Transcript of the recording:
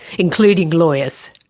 including lawyers.